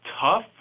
tough